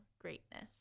greatness